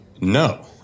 No